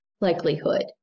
likelihood